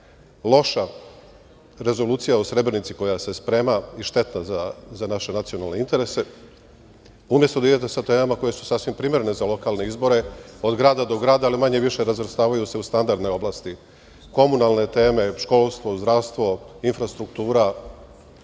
loša rezolucija o Srebrenici koja je se sprema i šteta za naše nacionalne interese, umesto da idete sa temama koje su sasvim primerene za lokalne izbore od grada do grada, ali manje-više razvrstavaju se u standardne oblasti – komunalne teme, školstvo, zdravstvo, infrastruktura,